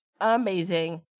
Amazing